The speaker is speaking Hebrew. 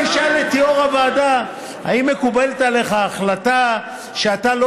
אני אשאל את יו"ר הוועדה: האם מקובלת עליך ההחלטה שאתה לא